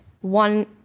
one